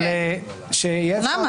אבל שיהיה אפשר --- למה?